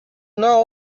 know